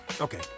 Okay